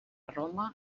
roma